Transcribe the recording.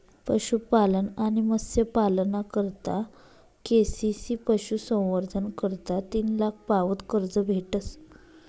पशुपालन आणि मत्स्यपालना करता के.सी.सी पशुसंवर्धन करता तीन लाख पावत कर्ज भेटस